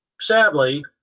sadly